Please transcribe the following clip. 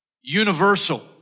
universal